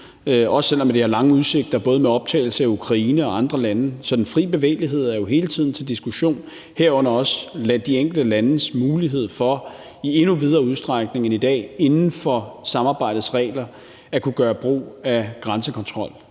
også selv om det har lange udsigter både med optagelse af Ukraine og andre lande. Så den fri bevægelighed er jo hele tiden til diskussion, herunder også de enkelte landes mulighed for i endnu videre udstrækning end i dag inden for samarbejdets regler at kunne gøre brug af grænsekontrol.